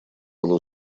был